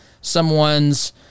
someone's